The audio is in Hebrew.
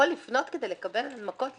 הוא יכול לפנות כדי לקבל הנמקות?